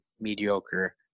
mediocre